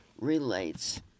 relates